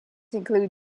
include